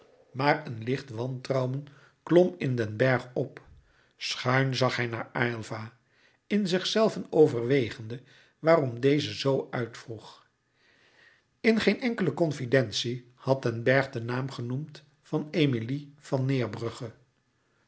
maar een licht wantrouwen klom in den bergh op schuin zag hij naar aylva in zichzelven overwegende waarom deze zoo uitvroeg in geen enkele confidentie had den bergh den naam genoemd van emilie van